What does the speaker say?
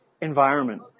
environment